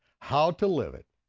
how to live it,